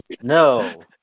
no